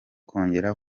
kongera